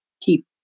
keep